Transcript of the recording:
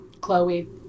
Chloe